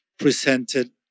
Presented